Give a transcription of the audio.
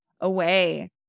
away